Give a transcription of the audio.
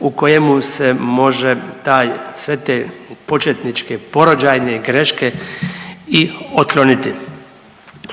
u kojemu se može taj sve te početničke porođajne greške i otkloniti.